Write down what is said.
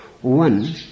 one